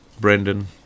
Brendan